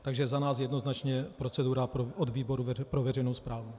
Takže za nás jednoznačně procedura od výboru pro veřejnou správu.